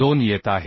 2 येत आहे